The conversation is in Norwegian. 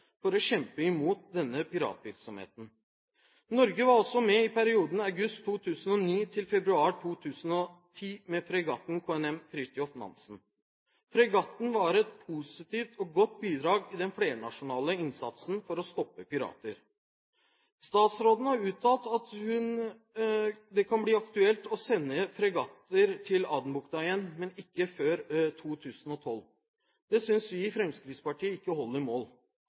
for å kjempe mot denne piratvirksomheten. Norge var også med i perioden august 2009 til februar 2010 med fregatten KNM «Fridtjof Nansen». Fregatten var et positivt og godt bidrag i den flernasjonale innsatsen for å stoppe pirater. Statsråden har uttalt at det kan bli aktuelt å sende fregatter til Adenbukta igjen, men ikke før i 2012. Det synes vi i Fremskrittspartiet ikke holder mål.